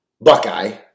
Buckeye